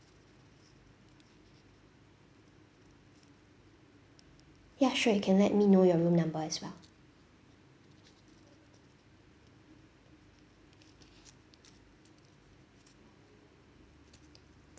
ya sure you can let me know your room number as well